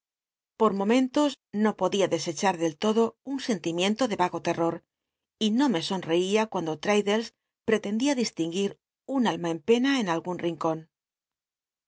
por momentos no podía descebar del lodo un cntimiento de mgo terror no me onreia cuando tr uldles pretendía di tinguir un alma en pena en algun rincon